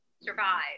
survive